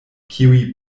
kiuj